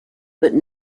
but